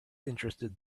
interested